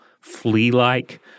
flea-like